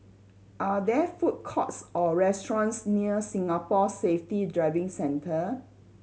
are there food courts or restaurants near Singapore Safety Driving Centre